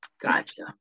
gotcha